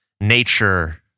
nature